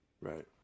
Right